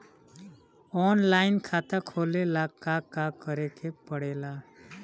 Online खाता खोले ला का का करे के पड़े ला?